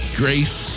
grace